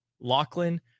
Lachlan